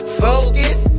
focus